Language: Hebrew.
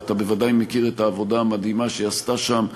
ואתה בוודאי מכיר את העבודה המדהימה שהיא עשתה שם,